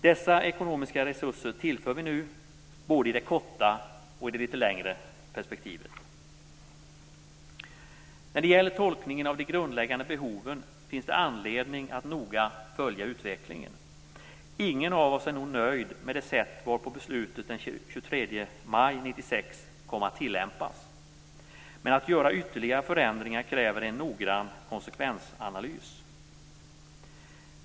Dessa ekonomiska resurser tillför vi nu, både i det korta och i det litet längre perspektivet. När det gäller tolkningen av de grundläggande behoven finns det anledning att noga följa utvecklingen. Ingen av oss är nog nöjd med det sätt på vilket beslutet den 23 maj 1996 kom att tillämpas. Men att göra ytterligare förändringar kräver en noggrann konsekvensanalys.